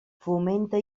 fomenta